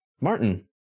Martin